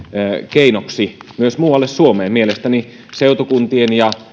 keinoksi myös muualle suomeen mielestäni seutukuntien ja